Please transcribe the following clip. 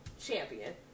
champion